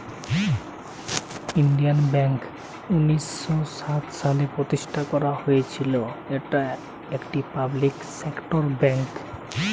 Indian bank উনিশ শ সাত সালে প্রতিষ্ঠান করা হয়েছিল, এটি একটি পাবলিক সেক্টর বেঙ্ক